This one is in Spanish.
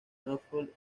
norfolk